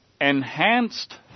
Enhanced